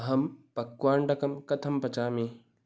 अहं पक्वाण्डकं कथं पचामि